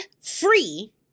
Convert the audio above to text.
free